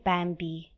Bambi